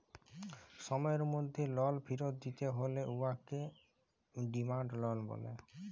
সময়ের মধ্যে লল ফিরত দিতে হ্যয় উয়াকে ডিমাল্ড লল ব্যলে